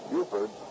Buford